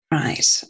right